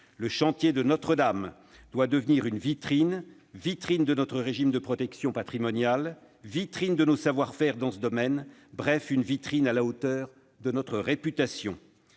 Le chantier de Notre-Dame doit devenir une vitrine de notre régime de protection patrimoniale, une vitrine de nos savoir-faire dans ce domaine, bref une vitrine à la hauteur de notre réputation